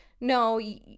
No